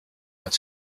als